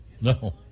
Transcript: No